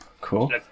cool